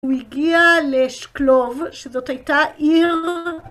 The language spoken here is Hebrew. הוא הגיע לשקלוב שזאת הייתה עיר